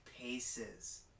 paces